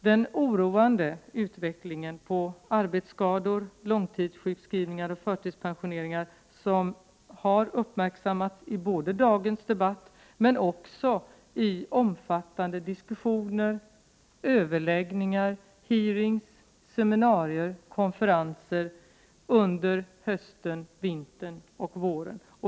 Den nu oroande utvecklingen när det gäller arbetsskador, långtidssjukskrivningar och förtidspensioneringar har uppmärksammats både i dagens debatt och i omfattande diskussioner, överläggningar, hearingar, seminarier och konferenser under hösten, vintern och våren.